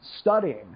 studying